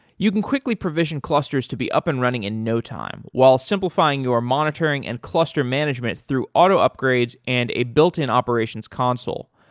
you can quickly provision clusters to be up and running in no time while simplifying your monitoring and cluster management through auto upgrades and a built-in operations console.